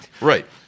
Right